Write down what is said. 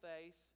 face